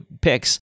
picks